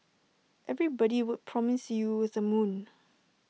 everybody would promise you with A moon